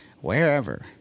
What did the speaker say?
wherever